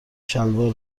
شلوار